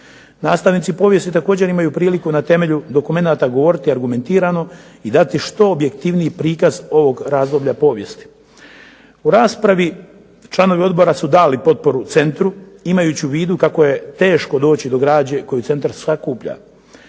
Nastavnici povijesti također imaju priliku na temelju dokumenata govoriti argumentirano i dati što objektivniji prikaz ovog razdoblja povijesti. U raspravi članovi odbora su dali potporu centru imajući u vidu kako je teško doći do građe koju centar sakuplja.